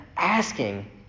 Asking